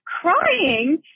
crying